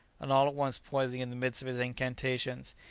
and all at once pausing in the midst of his incantations,